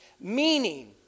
Meaning